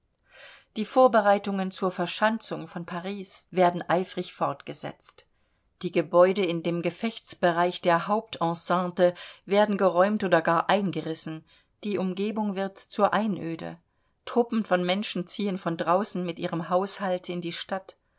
die vorbereitungen zur verschanzung von paris werden eifrig fortgesetzt die gebäude in dem gefechtsbereich der haupt enceinte werden geräumt oder gar eingerissen die umgebung wird zur einöde truppen von menschen ziehen von draußen mit ihrem haushalt in die stadt